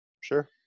sure